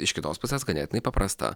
iš kitos pusės ganėtinai paprasta